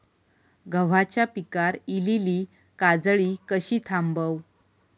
गव्हाच्या पिकार इलीली काजळी कशी थांबव?